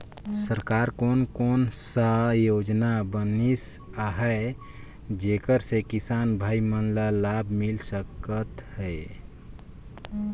सरकार कोन कोन सा योजना बनिस आहाय जेकर से किसान भाई मन ला लाभ मिल सकथ हे?